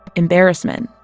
embarrassment,